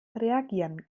reagieren